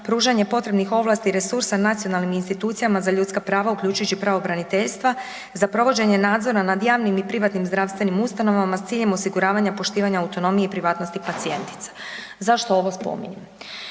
pružanje potrebnih ovlasti i resursa nacionalnim institucijama za ljudska prava, uključujući pravobraniteljstva, za provođenje nadzora nad javnih i privatnim zdravstvenim ustanovama s ciljem osiguravanja poštivanja autonomije i privatnosti pacijentice. Zašto ovo spominjem?